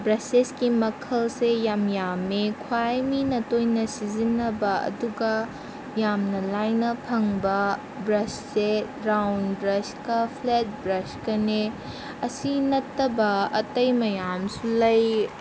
ꯕ꯭ꯔꯁꯦꯁꯀꯤ ꯃꯈꯜꯁꯦ ꯌꯥꯝ ꯌꯥꯝꯃꯦ ꯈ꯭ꯋꯥꯏ ꯃꯤꯅ ꯇꯣꯏꯅ ꯁꯤꯖꯤꯟꯅꯕ ꯑꯗꯨꯒ ꯌꯥꯝꯅ ꯂꯥꯏꯅ ꯐꯪꯕ ꯕ꯭ꯔꯁꯁꯦ ꯔꯥꯎꯟ ꯕ꯭ꯔꯁꯀ ꯐ꯭ꯂꯦꯠ ꯕ꯭ꯔꯁꯀꯅꯦ ꯑꯁꯤ ꯅꯠꯇꯕ ꯑꯇꯩ ꯃꯌꯥꯝꯁꯨ ꯂꯩ